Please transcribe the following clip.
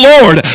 Lord